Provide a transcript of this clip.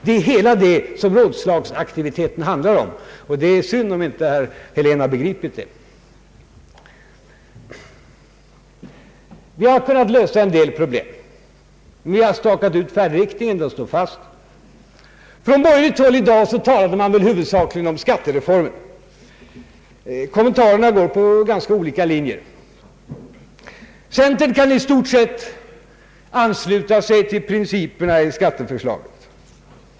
Det är detta som rådslagsaktiviteten handlar om, och det är synd om inte herr Helén har begripit det. Vi har kunnat lösa en del problem. Vi har stakat ut färdriktningen; den står fast. På borgerligt håll talar man väl i dag huvudsakligen om skattereformen. Kommentarerna följer ganska olika linjer. Centern kan i stort sett ansluta sig till principerna i skatteförslaget.